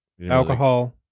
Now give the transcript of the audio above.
Alcohol